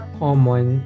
common